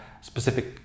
specific